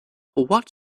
what